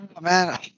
Man